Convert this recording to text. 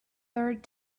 third